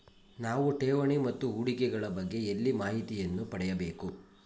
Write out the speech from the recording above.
ನಾವು ಠೇವಣಿ ಮತ್ತು ಹೂಡಿಕೆ ಗಳ ಬಗ್ಗೆ ಎಲ್ಲಿ ಮಾಹಿತಿಯನ್ನು ಪಡೆಯಬೇಕು?